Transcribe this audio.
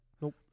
Nope